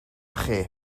chi